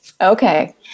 Okay